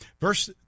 verse